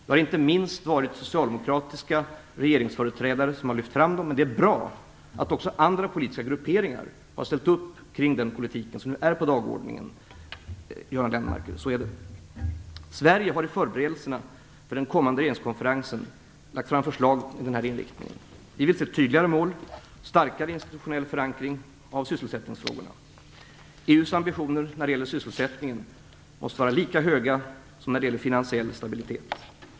Det har inte minst varit socialdemokratiska regeringsföreträdare som har lyft fram dem, och det är bra att också andra politiska grupperingar har ställt upp för den politik som nu står på dagordningen. Så är det, Göran Lennmarker. Sverige har i förberedelserna för den kommande regeringskonferensen lagt fram förslag med denna inriktning. Vi vill se tydligare mål och en starkare institutionell förankring av sysselsättningsfrågorna. EU:s ambitioner när det gäller sysselsättningen måste vara lika höga som när det gäller finansiell stabilitet.